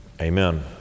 amen